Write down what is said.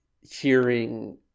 hearing